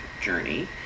journey